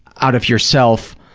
out of yourself,